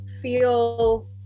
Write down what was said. feel